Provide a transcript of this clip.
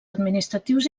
administratius